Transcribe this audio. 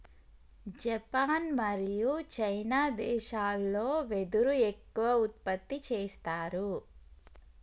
Japan మరియు China దేశాలల్లో వెదురు ఎక్కువ ఉత్పత్తి చేస్తారు